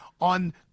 on